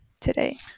today